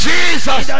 Jesus